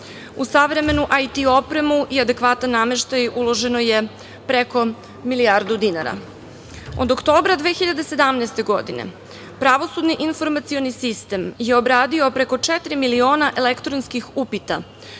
savremenu IT opremu i adekvatan nameštaj uloženo je preko milijardu dinara. Od oktobra 2017. godine pravosudni informacioni sistem je obradio preko četiri miliona elektronskih upita,